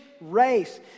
race